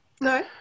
no